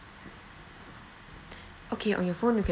okay on your phone you can